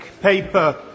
paper